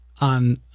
on